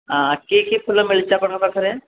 କି କି ଫୁଲ ମିଳୁଛି ଆପଣଙ୍କ ପାଖରେ